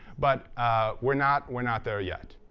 but we're not we're not there yet.